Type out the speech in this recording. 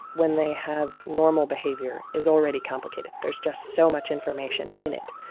when they have normal behavior, is already complicated. there's just so much information in it.